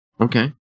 Okay